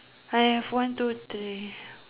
I have one two three